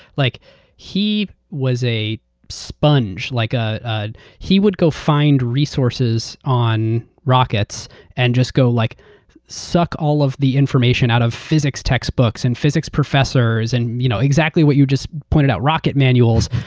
like he was a sponge. like ah ah he would go find resources on rockets and just go like suck all of the information out of physics textbooks and physics professors. and you know exactly what you just pointed out, rocket manuals.